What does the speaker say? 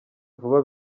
vuba